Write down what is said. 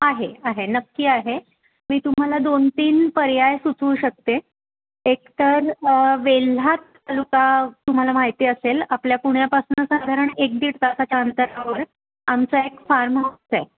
आहे आहे नक्की आहे मी तुम्हाला दोन तीन पर्याय सुचवू शकते एक तर वेल्हा तालुका तुम्हाला माहिती असेल आपल्या पुण्यापासनं साधारण एक दीड तासाच्या अंतरावर आमचा एक फार्म हाऊस आहे